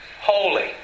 holy